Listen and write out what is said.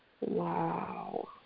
Wow